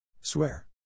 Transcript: Swear